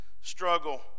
struggle